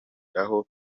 aho